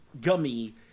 gummy